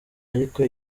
ariko